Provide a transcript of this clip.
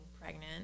pregnant